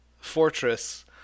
fortress